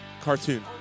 Cartoon